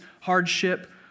hardship